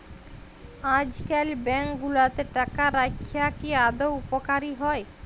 আইজকাল ব্যাংক গুলাতে টাকা রাইখা কি আদৌ উপকারী হ্যয়